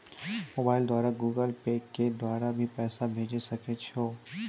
Mobile द्वारा Google Pay के द्वारा भी पैसा भेजै सकै छौ?